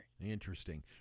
Interesting